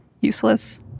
useless